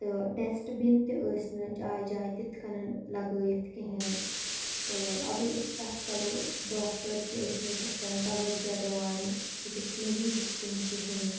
تہٕ dustbin تہِ ٲسۍ نہٕ جایہِ جایہِ تِتھ کٔنَن لَگٲیِتھ کِہیٖنۍ تہٕ اگر أسۍ کَتھ کَرو ڈاکٹَر تہِ ٲسۍ نہٕ تِتھ کٔنۍ تَوجہ دِوان أکِس مٔریٖضَس کُن کِہیٖنۍ